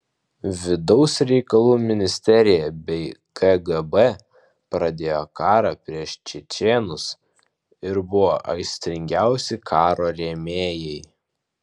vidaus reikalų ministerija bei kgb pradėjo karą prieš čečėnus ir buvo aistringiausi karo rėmėjai